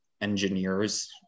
engineers